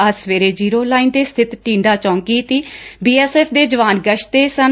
ਅੱਜ ਸਵੇਰੇ zero line ਤੇ ਸਬਿਤ ਟੀਡਾ ਚੌਕੀ ਤੇ ਬੀਐਸਐਫ ਦੇ ਜਵਾਨ ਗਸ਼ਤ ਤੇ ਸਨ